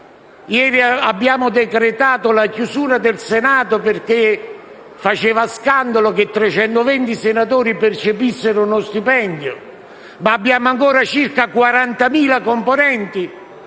Ieri abbiamo decretato la chiusura del Senato perché faceva scandalo che 320 senatori percepissero uno stipendio, ma abbiamo ancora circa 40.000 componenti